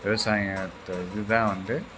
விவசாயத்தில் இருந்து தான் வந்து